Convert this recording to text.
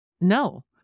No